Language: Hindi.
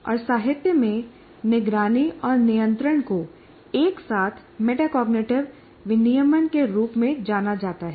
और साहित्य में निगरानी और नियंत्रण को एक साथ मेटाकॉग्निटिव विनियमन के रूप में जाना जाता है